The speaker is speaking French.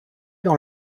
dans